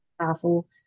powerful